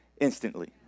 instantly